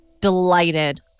delighted